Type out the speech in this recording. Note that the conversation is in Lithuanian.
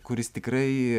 kuris tikrai